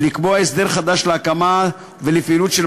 ולקבוע הסדר חדש להקמה ולפעילות של